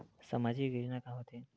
सामाजिक योजना का होथे?